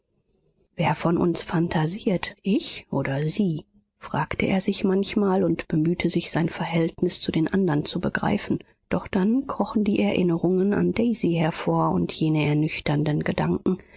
wer von uns phantasiert ich oder sie fragte er sich manchmal und bemühte sich sein verhältnis zu den andern zu begreifen doch dann krochen die erinnerungen an daisy hervor und jene ernüchternden gedanken